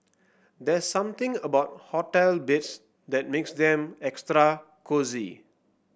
there's something about hotel beds that makes them extra cosy